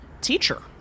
teacher